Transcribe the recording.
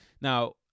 Now